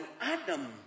Adam